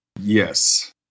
Yes